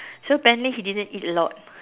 so apparently he didn't eat a lot